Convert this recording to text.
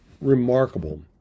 remarkable